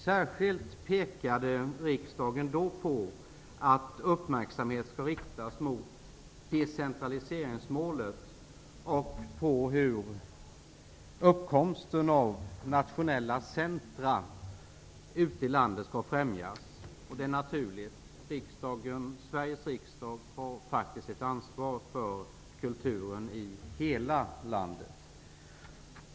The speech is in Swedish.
Särskilt pekade riksdagen då på att uppmärksamheten skulle riktas mot decentraliseringsmålet och på hur uppkomsten av nationella kulturella centrum ute i landet skulle främjas. Det är naturligt, eftersom Sveriges riksdag har ett ansvar för kulturen i hela landet.